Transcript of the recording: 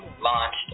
launched